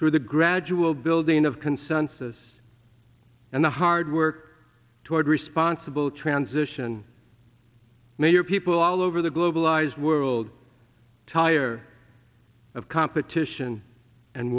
through the gradual building of consensus and the hard work toward responsible transition new people all over the globalised world tire of competition and